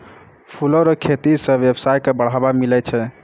फूलो रो खेती से वेवसाय के बढ़ाबा मिलै छै